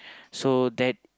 so that